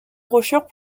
brochures